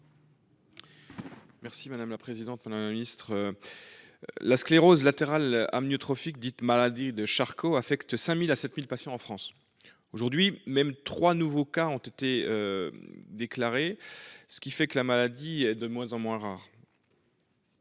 et de la fonction publiques. La sclérose latérale amyotrophique (SLA) ou maladie de Charcot affecte 5 000 à 7 000 patients en France. Aujourd'hui même, trois nouveaux cas ont été déclarés, ce qui fait que la maladie est de moins en moins rare.